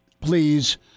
please